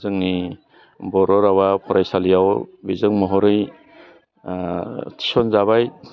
जोंनि बर' रावा फरायसालियाव बिजों महरै थिसनजाबाय